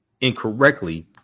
incorrectly